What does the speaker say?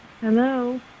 Hello